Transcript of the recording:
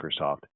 Microsoft